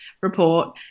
report